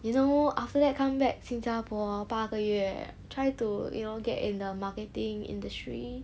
you know after that come 新加坡八个月 try to you know get in the marketing industry